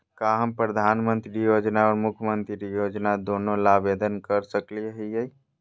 का हम प्रधानमंत्री योजना और मुख्यमंत्री योजना दोनों ला आवेदन कर सकली हई?